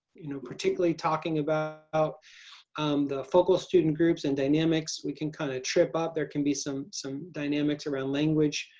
you know particularly talking about um the focal student groups and dynamics. we can kind of trip up. there can be some some dynamics around language.